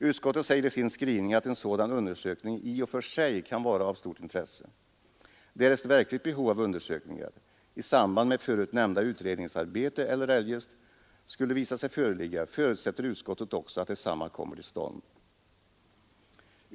Utskottet säger i sin skrivning att en sådan undersökning i och för sig kan vara av stort intresse: ”Därest verkligt behov av undersökningen i samband med förut berörda utredningsarbete eller eljest skulle visa sig föreligga förutsätter utskottet också att densamma kommer till stånd.